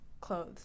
clothes